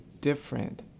different